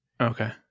Okay